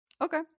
okay